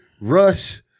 rush